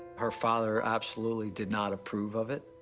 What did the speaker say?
her father absolutely did not approve of it.